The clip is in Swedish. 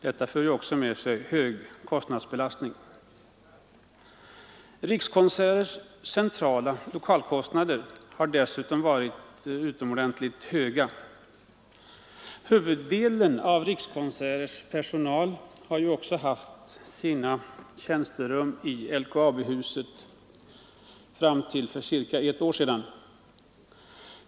Detta för med sig hög kostnadsbelastning. Rikskonserters centrala lokalkostnader har dessutom varit utomordentligt höga. Huvuddelen av Rikskonserters personal har haft sina tjänsterum i LKAB-huset fram till för cirka ett år sedan.